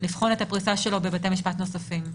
לבחון את הפריסה שלו בבתי משפט נוספים.